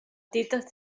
tita